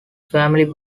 family